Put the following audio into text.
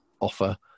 offer